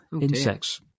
insects